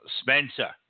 Spencer